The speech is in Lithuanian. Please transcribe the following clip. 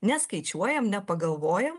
neskaičiuojam nepagalvojam